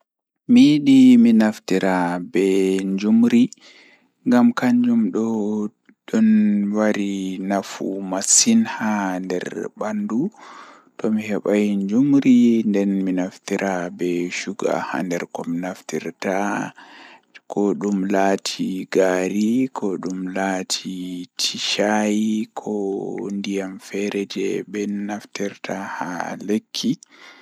Ndabbawa manga jei mi laari kanjum woni woodi liɗɗi manga Ko ɗum ndiyam ɓurɗo ngona miɗo waawi njamaadi ko, ko miɗo heɓaade ɗum e maye kam hoddii laawol, ngam anndude ngal ngona hoto. Mi yidi jogii moƴƴere nder ngoo e leydi seŋ